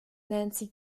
nancy